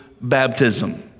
baptism